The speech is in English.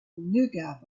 nougat